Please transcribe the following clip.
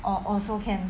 orh also can